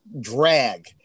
drag